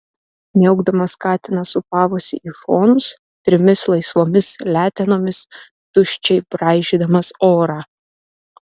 miaukdamas katinas sūpavosi į šonus trimis laisvomis letenomis tuščiai braižydamas orą